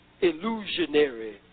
illusionary